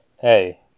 Hey